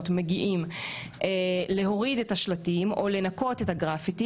מגיעים להוריד את השלטים או לנקות את הגרפיטי,